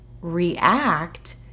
react